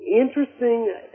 Interesting